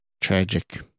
tragic